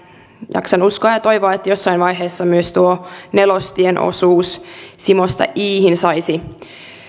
jaksan uskoa ja toivoa että jossain vaiheessa myös tuo nelostien osuus simosta iihin saisi